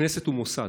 הכנסת היא מוסד,